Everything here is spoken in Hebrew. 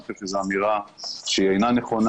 אני חושב שזו אמירה שאינה נכונה.